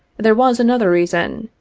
there was another reason.